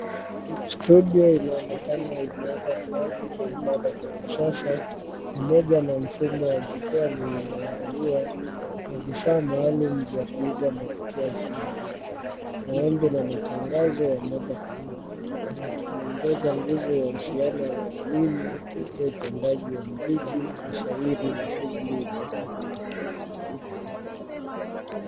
Studio inaonekana imewekwa kwa ajili ya ibada za kisasa pamoja na mfumo wa jukwaa linaloendaliwa na vifaa maalum vya kuiga matukio ya kimuziki, maombi na matangazo ya moja kwa moja. Inaongeza nguvu ya uhusiano wa umimi kupitia utendaji wa muziki, mashairi na shughuli za jamii.